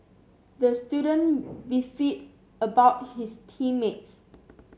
the student beefed about his team mates